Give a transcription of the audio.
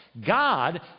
God